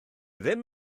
ddim